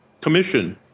commission